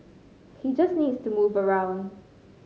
he just needs to move around